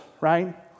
right